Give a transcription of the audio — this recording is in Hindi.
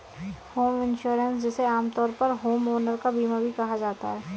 होम इंश्योरेंस जिसे आमतौर पर होमओनर का बीमा भी कहा जाता है